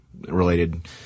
related